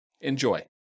Enjoy